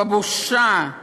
בלי בושה,